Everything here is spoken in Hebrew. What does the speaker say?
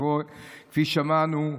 כפי ששמענו.